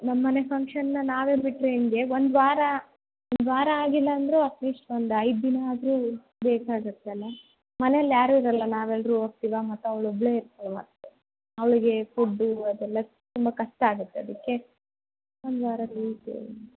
ನಮ್ಮ ಮನೆ ಫಂಕ್ಷನನ್ನ ನಾವೇ ಬಿಟ್ಟರೆ ಹೆಂಗೆ ಒಂದು ವಾರ ಒಂದು ವಾರ ಆಗಿಲ್ಲ ಅಂದರೂ ಅಟ್ ಲೀಶ್ಟ್ ಒಂದು ಐದು ದಿನ ಆದರೂ ಬೇಕಾಗುತ್ತಲ್ಲ ಮನೆಲ್ಲಿ ಯಾರು ಇರೋಲ್ಲ ನಾವೆಲ್ಲರೂ ಹೋಗ್ತೀವಾ ಮತ್ತು ಅವ್ಳು ಒಬ್ಬಳೇ ಅವಳಿಗೆ ಫುಡ್ಡು ಅದೆಲ್ಲ ತುಂಬ ಕಷ್ಟ ಆಗುತ್ತೆ ಅದಕ್ಕೆ ಒಂದು ವಾರ ಲೀವ್ ಬೇಕು